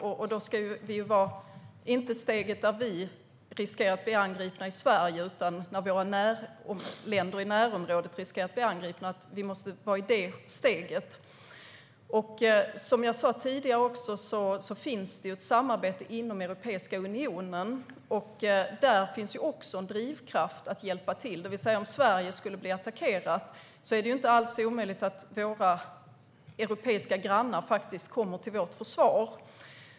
Då ska vi inte vara i steget där Sverige riskerar att bli angripet utan i steget där våra grannländer riskerar att bli angripna. Som jag också sa tidigare finns det ett samarbete inom Europeiska unionen. Där finns också en drivkraft att hjälpa till. Om Sverige blir attackerat är det inte omöjligt att våra europeiska grannar kommer till vårt försvar.